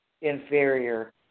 inferior